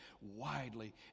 widely